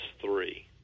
three